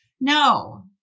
no